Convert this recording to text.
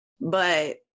But-